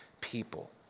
people